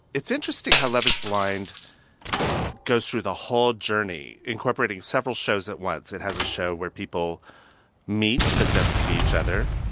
it's interesting how love is blind goes through the whole journey, incorporating several shows at once. it has a show where people meet but don't see each other,